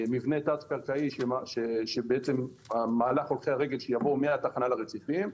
מבנה תת קרקעי שבעצם מהלך הולכי הרגל שיבוא מהתחנה לרציפים,